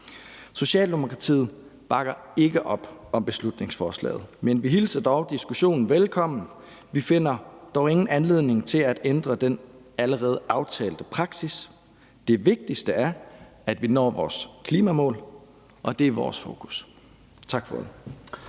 Socialdemokratiet bakker ikke op om beslutningsforslaget. Men vi hilser dog diskussionen velkommen. Vi finder dog ingen anledning til at ændre den allerede aftalte praksis. Det vigtigste er, at vi når vores klimamål, og det er vores fokus. Tak for ordet.